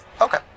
okay